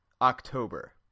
October